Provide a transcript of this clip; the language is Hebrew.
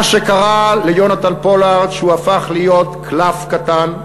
מה שקרה ליונתן פולארד, שהוא הפך להיות קלף קטן.